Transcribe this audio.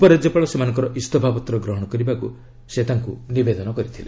ଉପରାଜ୍ୟପାଳ ସେମାନଙ୍କର ଇସ୍ତଫାପତ୍ର ଗ୍ରହଣ କରିବାକୁ ସେ ତାଙ୍କୁ ନିବେଦନ କରିଥିଲେ